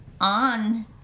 on